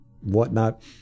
whatnot